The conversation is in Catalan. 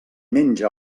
menja